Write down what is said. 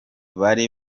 bari